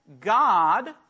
God